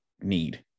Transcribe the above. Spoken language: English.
need